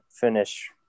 finish –